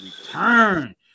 return